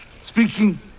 speaking